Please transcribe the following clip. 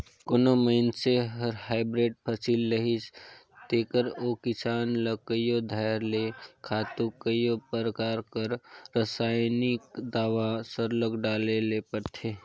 कोनो मइनसे हर हाईब्रिड फसिल लेहिस तेकर ओ किसान ल कइयो धाएर ले खातू कइयो परकार कर रसइनिक दावा सरलग डाले ले परथे